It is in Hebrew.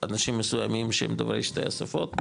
אנשים מסוימים שהם דוברי שתי השפות,